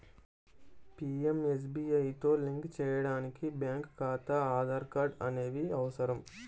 పీయంఎస్బీఐతో లింక్ చేయడానికి బ్యేంకు ఖాతా, ఆధార్ కార్డ్ అనేవి అవసరం